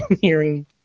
hearing